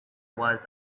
was